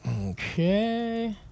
okay